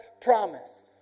promise